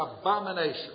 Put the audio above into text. abomination